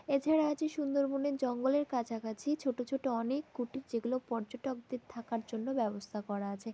এছাড়া আছে সুন্দরবনের জঙ্গলের কাছাকাছি ছোটো ছোটো অনেক কুটির যেগুলো পর্যটকদের থাকার জন্য ব্যবস্থা করা আছে